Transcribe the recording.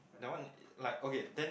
that one like okay then